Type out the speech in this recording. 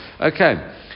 Okay